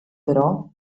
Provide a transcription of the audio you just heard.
però